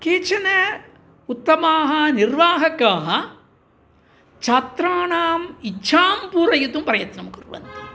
केचन उत्तमाः निर्वाहकाः छात्राणाम् इच्छां पूरयितुं प्रयत्नं कुर्वन्ति